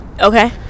okay